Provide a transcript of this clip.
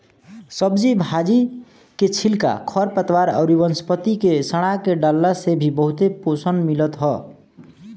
सब्जी भाजी के छिलका, खरपतवार अउरी वनस्पति के सड़आ के डालला से भी बहुते पोषण मिलत ह